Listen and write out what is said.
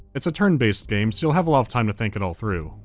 it's a turn-based game, so you'll have a lot of time to think it all through.